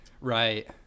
right